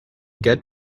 get